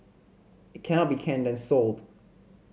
it can be canned and sold